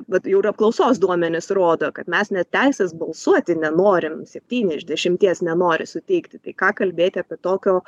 vat jau ir apklausos duomenys rodo kad mes net teisės balsuoti nenorim septyni iš dešimties nenori suteikti tai ką kalbėti apie tokio